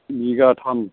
बिगाथाम